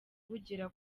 bugera